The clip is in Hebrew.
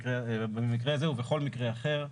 במקרה הזה ובכל מקרה אחר,